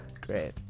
Great